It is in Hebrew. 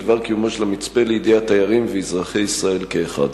דבר קיומו של המצפה לידיעת תיירים ואזרחי ישראל כאחד?